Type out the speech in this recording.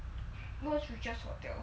watch with just hotel